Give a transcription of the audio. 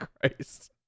Christ